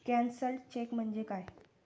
Cancelled cheque म्हणजे काय?